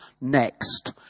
next